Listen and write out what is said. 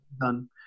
done